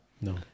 No